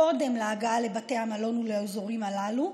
קודם להגעה לבתי המלון ולאזורים הללו,